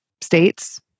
states